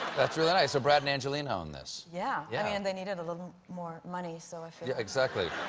that's really nice. so brad and angelina own this. yeah. yeah i mean and they needed a little more money, so exactly,